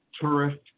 Tourist